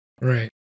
Right